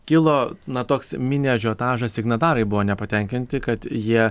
kilo na toks mini ažiotažas signatarai buvo nepatenkinti kad jie